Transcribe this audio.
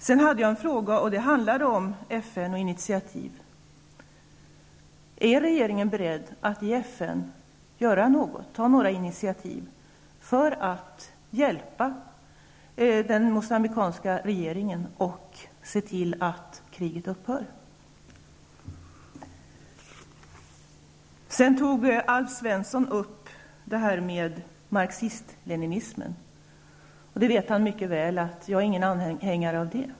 Sedan har jag en fråga om FN och initiativ. Är regeringen beredd att ta några initiativ i FN för att hjälpa den moçambikiska regeringen och se till att kriget upphör? Alf Svensson tog upp marxism-leninismen. Han vet mycket väl att jag inte är någon anhängare av den.